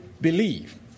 believe